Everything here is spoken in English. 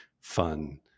fun